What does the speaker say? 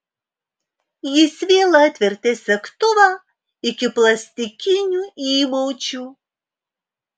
jis vėl atvertė segtuvą iki plastikinių įmaučių